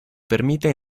permite